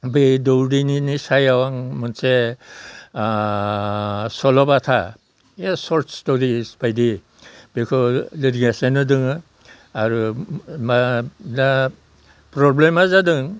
बे दौदिनिनि सायाव आं मोनसे सल'बाथा बे सर्ट स्ट'रिस बायदि बेखौ लिरगासिनो दङ आरो दा प्र'ब्लेमा जादों